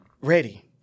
ready